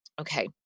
Okay